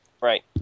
Right